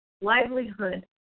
livelihood